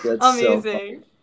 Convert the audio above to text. Amazing